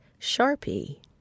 Sharpie